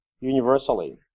universally